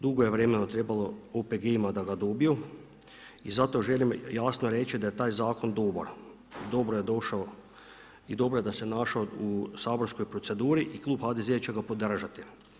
Dugo je vremena trebalo OPG-ima da ga dobiju i zato želim jasno reći da je taj zakon dobar, dobro je došao i dobro je da se našao u saborskoj proceduri i klub HDZ-a će ga podržati.